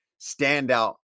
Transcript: standout